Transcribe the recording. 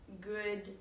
good